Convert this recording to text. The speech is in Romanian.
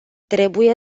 trebuie